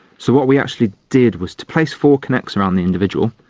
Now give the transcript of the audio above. so what we actually did was to place four kinects around the individual,